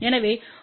எனவே 0